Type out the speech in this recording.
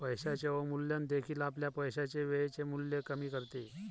पैशाचे अवमूल्यन देखील आपल्या पैशाचे वेळेचे मूल्य कमी करते